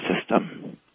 system